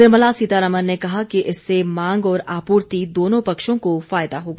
निर्मला सीतारमन ने कहा कि इससे मांग और आपूर्ति दोनों पक्षों को फायदा होगा